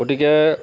গতিকে